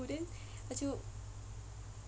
then 她就